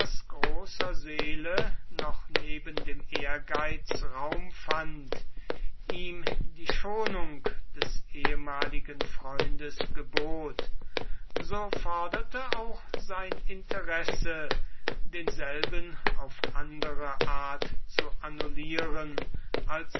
großer seele noch neben dem ehrgeiz raum fand ihm die schonung des ehemaligen freundes gebot so forderte auch sein interesse denselben auf andere art zu annullieren als